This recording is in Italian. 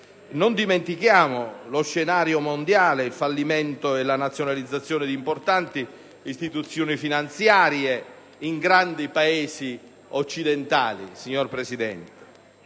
Presidente, lo scenario mondiale, il fallimento e la nazionalizzazione di importanti istituzioni finanziarie in grandi Paesi occidentali. È stata